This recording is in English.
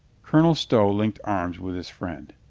colonel stow linked arms with his friend.